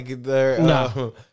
No